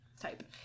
Type